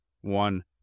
one